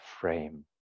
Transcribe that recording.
frame